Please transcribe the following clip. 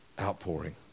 outpouring